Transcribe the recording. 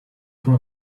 from